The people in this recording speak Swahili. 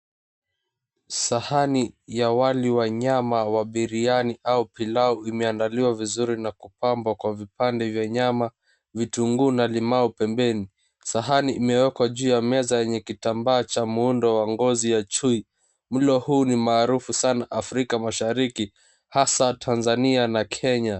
Sahani ya wali wa nyama ya biriani au pilau imeandaliwa vizuri na kupambwa kwa vipande vya nyama, vitunguu na limau pembeni. Sahani imewekwa juu ya meza yenye kitambaa cha muundo wa ngozi ya chui. Mlo huu ni maarufu sana Afrika mashariki hasa Tanzania na Kenya.